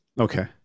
Okay